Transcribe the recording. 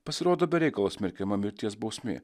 pasirodo be reikalo smerkiama mirties bausmė